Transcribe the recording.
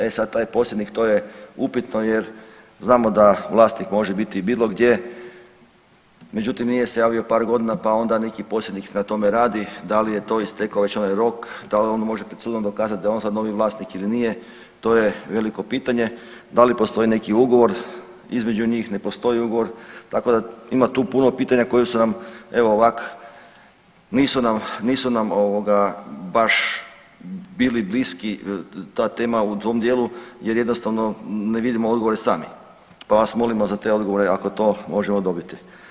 E sad taj posjednik to je upitno jer znamo da vlasnik može biti bilo gdje, međutim nije se javio par godina, pa onda neki posjednik na tome radi, da li je to istekao već onaj rok, da li on može pred sudom dokazat da je on sad novi vlasnik ili nije, to je veliko pitanje, da li postoji neki ugovor između njih, ne postoji ugovor, tako da tu ima puno pitanja koja su nam evo ovak, nisu nam, nisu nam ovoga baš bili bliski ta tema u tom dijelu jer jednostavno ne vidimo odgovore sami, pa vas molimo za te odgovore ako to možemo dobiti.